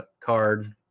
card